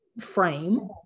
frame